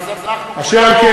אז אנחנו כולנו,